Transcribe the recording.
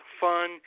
fun